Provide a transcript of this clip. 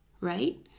right